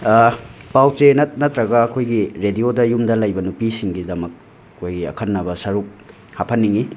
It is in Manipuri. ꯄꯥꯎꯆꯦ ꯅꯠꯇ꯭ꯔꯒ ꯑꯩꯈꯣꯏꯒꯤ ꯔꯦꯗꯤꯌꯣꯗ ꯌꯨꯝꯗ ꯂꯩꯕ ꯅꯨꯄꯤꯁꯤꯡꯒꯤꯗꯃꯛ ꯑꯩꯈꯣꯏꯒꯤ ꯑꯈꯟꯅꯕ ꯁꯔꯨꯛ ꯍꯥꯐꯟꯅꯤꯡꯉꯤ